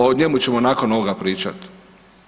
O njemu ćemo nakon ovoga pričati.